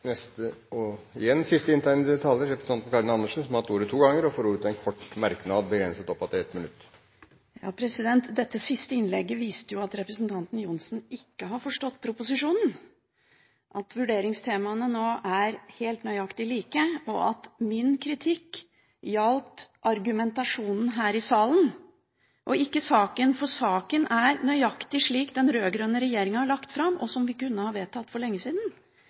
Representanten Karin Andersen har hatt ordet to ganger tidligere og får ordet til en kort merknad, begrenset til 1 minutt. Dette siste innlegget viste jo at representanten Johnsen ikke har forstått proposisjonen – at vurderingstemaene nå er helt nøyaktig like, og at min kritikk gjaldt argumentasjonen her i salen og ikke saken. Saken er nøyaktig slik som den rød-grønne regjeringen la den fram, og vi kunne ha vedtatt den for lenge siden,